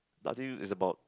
partly is about